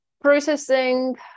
Processing